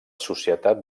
societat